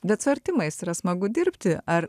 bet su artimais yra smagu dirbti ar